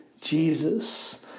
Jesus